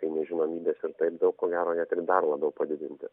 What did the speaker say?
kai nežinomybės ir taip daug ko gero net ir dar labiau padidinti